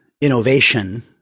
innovation